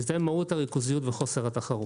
זאת מהות הריכוזיות וחוסר התחרות.